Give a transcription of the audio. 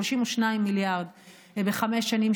32 מיליארד בחמש שנים,